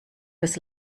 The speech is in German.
des